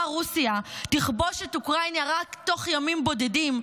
רוסיה תכבוש את אוקראינה רק תוך ימים בודדים,